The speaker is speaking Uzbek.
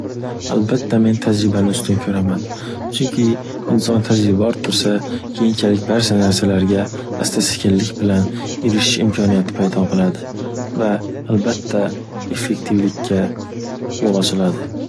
Albatta men tajribani ustun ko'raman, chunki inson tajriba orttirsa, keyinchalik barcha narsalarga asta-sekinlik bilan erishish imkoniyati paydo bo'ladi va albatta effektivlikka yo'l ochiladi.